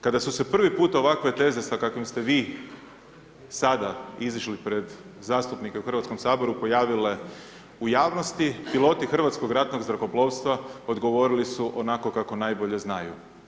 Kada su se prvi put ovakve teze sa kakvim ste vi sada izašli pred zastupnike u Hrvatskom saboru pojavile u javnosti, piloti Hrvatskog ratnog zrakoplovstva odgovorili su onako kako najbolje znaju.